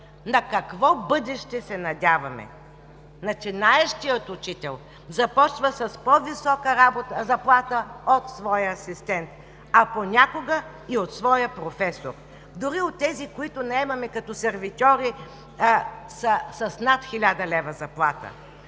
на какво бъдеще се надяваме? Начинаещият учител започва с по-висока заплата от своя асистент, а понякога и от своя професор. Дори от тези, които наемаме като сервитьори, са с над 1000 лв. заплата.